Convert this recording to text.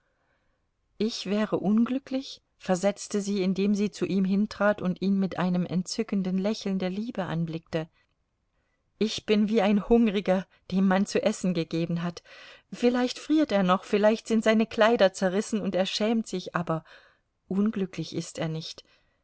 ich wäre unglücklich versetzte sie indem sie zu ihm hintrat und ihn mit einem entzückten lächeln der liebe anblickte ich bin wie ein hungriger dem man zu essen gegeben hat vielleicht friert er noch vielleicht sind seine kleider zerrissen und er schämt sich aber unglücklich ist er nicht